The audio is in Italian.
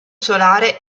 solare